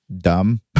dumb